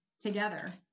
together